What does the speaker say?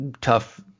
tough